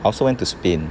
I also went to spain